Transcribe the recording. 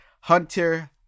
Hunter